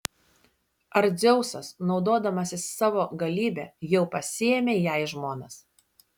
ar dzeusas naudodamasis savo galybe jau pasiėmė ją į žmonas